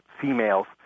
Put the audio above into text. females